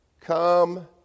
Come